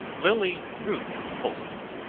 lily root poultice.